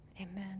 amen